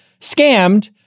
scammed